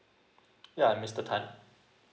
yeah I'm mister tan